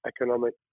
economic